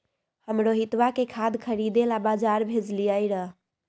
हम रोहितवा के खाद खरीदे ला बजार भेजलीअई र